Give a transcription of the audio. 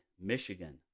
Michigan